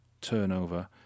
turnover